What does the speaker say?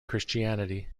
christianity